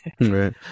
Right